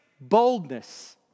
boldness